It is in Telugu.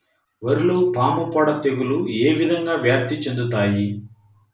వరిలో పాముపొడ తెగులు ఏ విధంగా వ్యాప్తి చెందుతాయి?